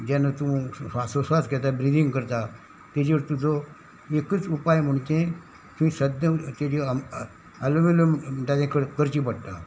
जेन्ना तूं स्वासोस्वास घेता ब्रिदींग करता तेजेर तुजो एकच उपाय म्हणचे तूं सद्द्यां तेजे एलोमेल म्हणटा करचे पडटा